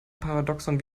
paradoxon